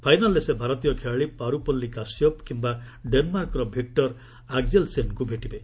ଫାଇନାଲ୍ରେ ସେ ଭାରତୀୟ ଖେଳାଳି ପାରୁପଲ୍ଲୀ କାଶ୍ୟପ କିମ୍ବା ଡେନ୍ମାର୍କର ଭିକୁର୍ ଆଗ୍ଜେଲ୍ସେନ୍ଙ୍କୁ ଭେଟିବେ